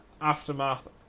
Aftermath